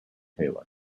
taylor